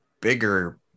bigger